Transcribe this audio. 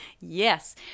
Yes